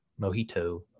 Mojito